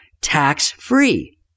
tax-free